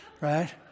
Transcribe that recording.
right